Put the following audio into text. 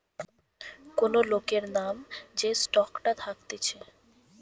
কোন লোকের নাম যে স্টকটা থাকতিছে